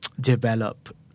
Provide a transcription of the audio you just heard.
develop